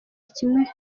kimwe